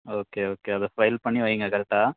okay okay அது file பண்ணி வைங்க கரெக்டாக